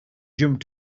jump